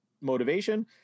motivation